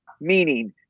meaning